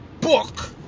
book